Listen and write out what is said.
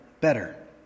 better